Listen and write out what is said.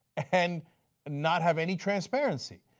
and not have any transparency.